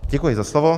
Děkuji za slovo.